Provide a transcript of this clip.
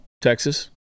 Texas